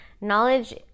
knowledge